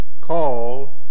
Call